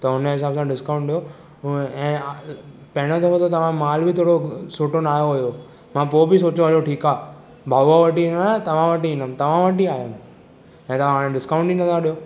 त उन हिसाब सां डिस्काउंट ॾियो ऐं पहिरों दफ़ो त तव्हां माल बि थोरो सुठो ना आयो हुयो मां पोइ बि सोचियो हलो ठीकु आहे वटि ई ईंदो आहियां तव्हां वटि ई ईंदुमि तव्हां वटि ई आयुमि हे हाणे डिस्काउंट ई नथा ॾियो